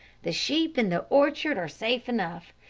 the sheep in the orchard are safe enough,